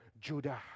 Judah